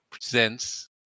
presents